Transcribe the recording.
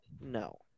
No